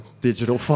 digital